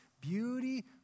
beauty